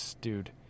dude